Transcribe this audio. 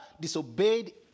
disobeyed